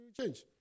change